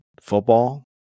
football